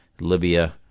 Libya